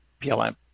PLM